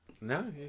No